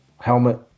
helmet